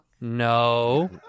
No